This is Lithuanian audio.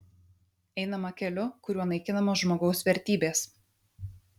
einama keliu kuriuo naikinamos žmogaus vertybės